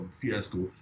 fiasco